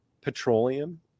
petroleum